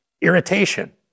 Irritation